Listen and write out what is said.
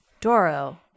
doro